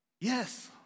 Yes